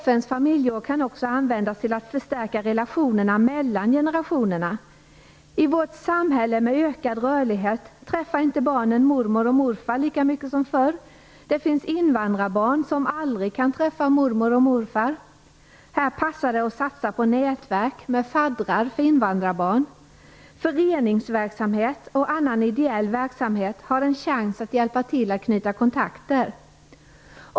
FN:s familjeår kan också användas till att förstärka relationerna mellan generationerna. I vårt samhälle med ökad rörlighet träffar inte barnen mormor och morfar lika mycket som förr. Det finns invandrarbarn som aldrig kan träffa mormor och morfar. Här passar det att satsa på nätverk med faddrar för invandrarbarn. Föreningsverksamhet och annan ideell verksamhet har här en chans att hjälpa till att knyta kontakter.